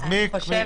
אז מי האחראי?